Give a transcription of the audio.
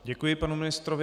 Děkuji panu ministrovi.